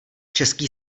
český